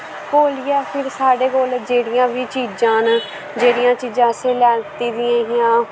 घोलियै फिर साढ़े कोल जेह्कियां बी चीजां न जेह्कियां चीजां असें लैत्ती दियां हियां